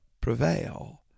prevail